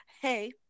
Hey